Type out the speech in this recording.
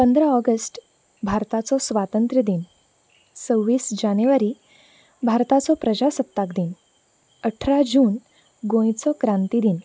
पंदरा ऑगस्ट भारताचो स्वातंत्र्य दिन सव्वीस जानेवारी भारताचो प्रजासत्ताक दिन अठरा जून गोंयचो क्रांती दिन